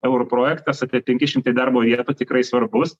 eurų projektas apie penki šimtai darbo vietų tikrai svarbus